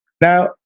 Now